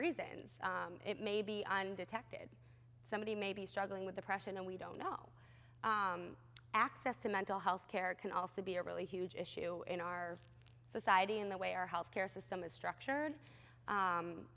reasons it may be undetected somebody may be struggling with depression and we don't know access to mental health care can also be a really huge issue in our society and the way our health care system is structured